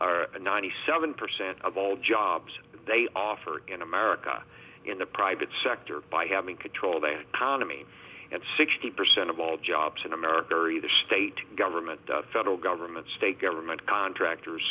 point ninety seven percent of all jobs they offer in america in the private sector by having control of the economy and sixty percent of all jobs in america are either state government federal government state government contractors